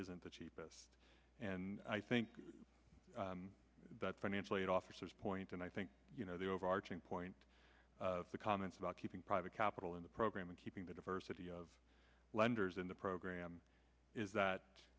isn't the cheapest and i think that financial aid officers point and i think the overarching point of the comments about keeping private capital in the program and keeping the diversity of lenders in the program is that